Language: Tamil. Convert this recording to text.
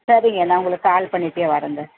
சரிங்க நான் உங்களுக்கு கால் பண்ணிட்டே வரேங்க